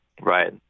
Right